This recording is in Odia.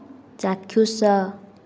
ଚାକ୍ଷୁଷ